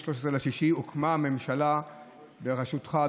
הוקמה הממשלה בראשותך,